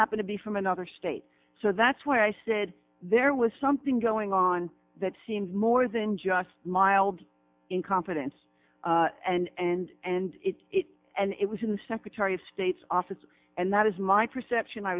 happen to be from another state so that's why i said there was something going on that seems more than just mild incompetence and and it and it was in the secretary of state's office and that is my perception i